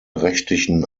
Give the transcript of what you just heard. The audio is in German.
rechtlichen